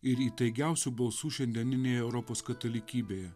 ir įtaigiausių balsų šiandieninėje europos katalikybėje